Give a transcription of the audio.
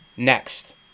Next